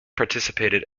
participated